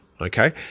Okay